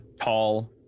tall